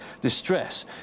distress